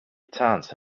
chance